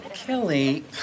Kelly